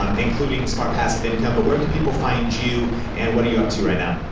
um including smart passive income, but where can people find you and what are you up to right now?